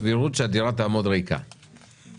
בכרמיאל באופקים.